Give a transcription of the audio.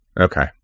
Okay